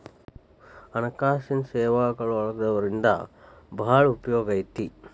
ಹಣ್ಕಾಸಿನ್ ಸೇವಾಗಳೊಳಗ ಯವ್ದರಿಂದಾ ಭಾಳ್ ಉಪಯೊಗೈತಿ?